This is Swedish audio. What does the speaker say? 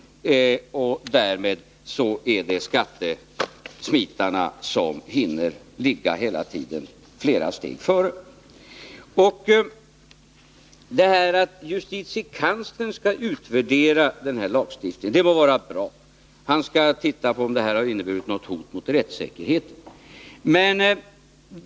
Därmed kan skattesmitarna hela tiden ligga flera steg före. Det må vara bra att justitiekanslern skall utvärdera lagstiftningen. Han skall se över om den inneburit något hot mot rättssäkerheten.